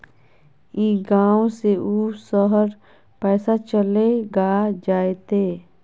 ई गांव से ऊ शहर पैसा चलेगा जयते?